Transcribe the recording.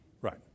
Right